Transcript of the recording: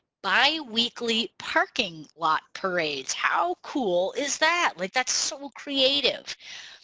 biweekly parking lot parades. how cool is that like that's so creative.